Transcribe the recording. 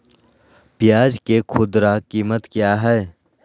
प्याज के खुदरा कीमत क्या है?